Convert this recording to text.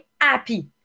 happy